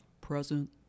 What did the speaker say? present